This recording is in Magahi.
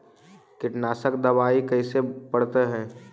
कीटनाशक दबाइ कैसे पड़तै है?